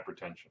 hypertension